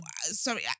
Sorry